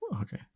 Okay